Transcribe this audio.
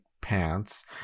pants